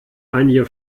einige